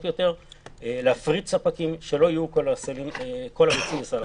יותר ולהפריד ספקים כדי שלא כל הביצים יהיו בסל אחד.